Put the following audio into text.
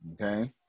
Okay